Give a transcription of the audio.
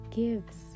gives